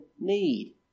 need